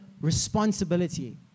responsibility